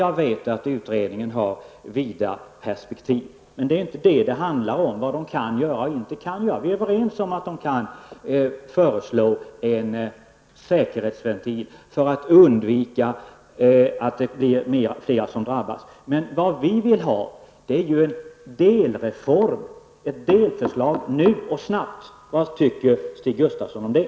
Jag vet att utredningen har vida perspektiv, men det handlar inte om vad den kan och inte kan göra. Vi är överens om att den kan föreslå en säkerhetsventil för att undvika att fler drabbas, men vi vill ha en delreform, ett delförslag, nu och snabbt. Vad tycker Stig Gustafsson om det?